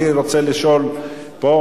בבקשה,